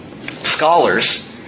scholars